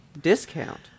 discount